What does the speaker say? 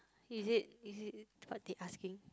is it is it what they asking